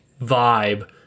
vibe